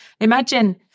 imagine